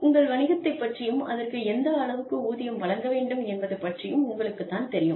உங்கள் வணிகத்தைப் பற்றியும் அதற்கு எந்த அளவுக்கு ஊதியம் வழங்க வேண்டும் என்பது பற்றியும் உங்களுக்குத் தான் தெரியும்